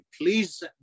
Please